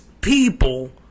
people